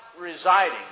residing